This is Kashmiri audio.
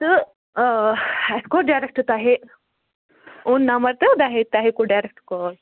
تہٕ اَسہِ کوٚر ڈایرٮ۪کٹ تۄہے اوٚن نمبر تۄہے تۄہے کوٚر ڈایرٮ۪کٹ کال